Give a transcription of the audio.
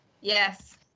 Yes